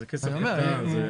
זה כסף קטן.